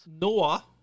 Noah